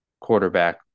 quarterback